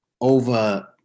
over